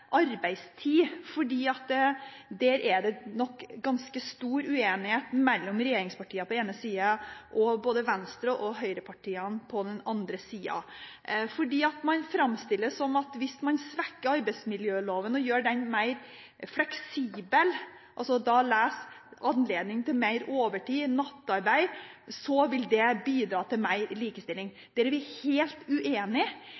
arbeidstid, fordi det nok er ganske stor uenighet mellom regjeringspartiene på den ene siden og både Venstre og høyrepartiene på den andre. Man framstiller det som at om man svekker arbeidsmiljøloven og gjør den mer fleksibel – les: anledning til mer overtid og nattarbeid – vil det bidra til mer